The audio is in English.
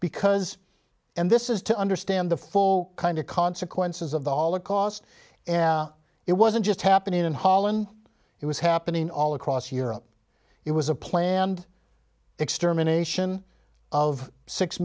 because and this is to understand the full kind of consequences of the holocaust and it wasn't just happen in holland it was happening all across europe it was a planned extermination of six